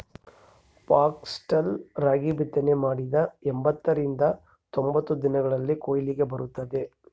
foxtail ರಾಗಿ ಬಿತ್ತನೆ ಮಾಡಿದ ಎಂಬತ್ತರಿಂದ ತೊಂಬತ್ತು ದಿನಗಳಲ್ಲಿ ಕೊಯ್ಲಿಗೆ ಬರುತ್ತದೆ